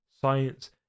science